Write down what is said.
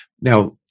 Now